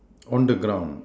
on the ground